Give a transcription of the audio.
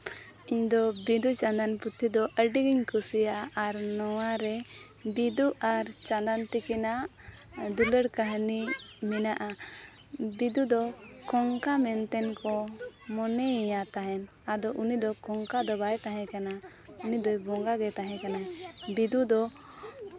ᱤᱧᱫᱚ ᱵᱤᱸᱫᱩᱼᱪᱟᱸᱫᱟᱱ ᱯᱩᱛᱷᱤ ᱫᱚ ᱟᱹᱰᱤ ᱜᱤᱧ ᱠᱩᱥᱤᱭᱟᱜᱼᱟ ᱟᱨ ᱱᱚᱣᱟᱨᱮ ᱵᱤᱸᱫᱩ ᱟᱨ ᱪᱟᱸᱫᱟᱱ ᱛᱟᱹᱠᱤᱱᱟᱜ ᱫᱩᱞᱟᱹᱲ ᱠᱟᱹᱦᱱᱤ ᱢᱮᱱᱟᱜᱼᱟ ᱵᱤᱸᱫᱩ ᱫᱚ ᱠᱚᱝᱠᱟ ᱢᱮᱱᱛᱮ ᱠᱚ ᱢᱚᱱᱮᱭᱮᱭᱟ ᱛᱟᱦᱮᱱ ᱟᱫᱚ ᱩᱱᱤ ᱫᱚ ᱠᱚᱝᱠᱟ ᱫᱚ ᱵᱟᱭ ᱛᱟᱦᱮᱸ ᱠᱟᱱᱟ ᱩᱱᱤ ᱫᱚ ᱵᱚᱸᱜᱟ ᱜᱮᱭ ᱛᱟᱦᱮᱸ ᱠᱟᱱᱟ ᱵᱤᱸᱫᱩ ᱫᱚ